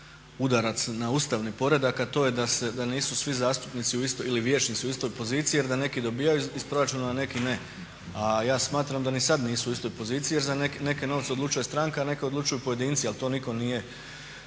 na ustavni poredak a to je da nisu svi zastupnici u istoj, ili vijećnici u istoj poziciji jer da neki dobivaju iz proračuna a neki ne. A ja smatram da ni sada nisu u istoj poziciji jer za neke novce odlučuje stranka a za neke odlučuju pojedinci ali to nitko nije